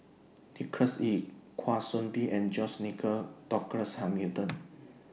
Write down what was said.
Nicholas Ee Kwa Soon Bee and George Nigel Douglas Hamilton